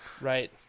Right